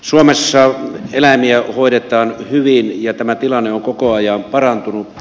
suomessa eläimiä hoidetaan hyvin ja tämä tilanne on koko ajan parantunut